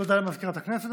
תודה למזכירת הכנסת.